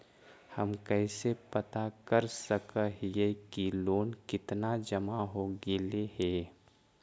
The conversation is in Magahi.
हम कैसे पता कर सक हिय की लोन कितना जमा हो गइले हैं?